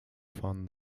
fun